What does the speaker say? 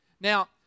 Now